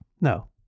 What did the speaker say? No